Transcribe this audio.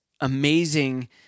amazing